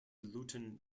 luton